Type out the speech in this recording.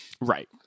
Right